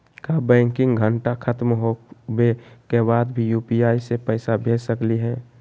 का बैंकिंग घंटा खत्म होवे के बाद भी यू.पी.आई से पैसा भेज सकली हे?